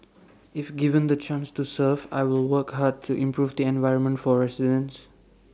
if given the chance to serve I will work hard to improve the environment for residents